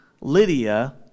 Lydia